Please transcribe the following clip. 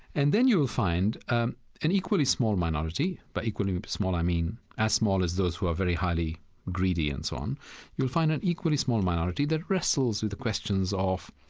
and then you'll find an an equally small minority by equally small, i mean as small as those who are very highly greedy and so on you'll find an equally small minority that wrestles with questions of